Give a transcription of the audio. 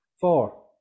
four